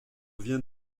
vient